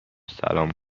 سلام